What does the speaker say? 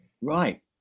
right